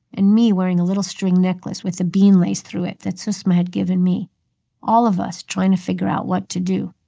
and me wearing a little string necklace with a bean laced through it that susma had given me all of us trying to figure out what to do